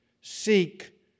Seek